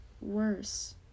worse